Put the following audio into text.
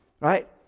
right